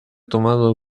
tomado